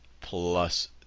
plus